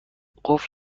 قفل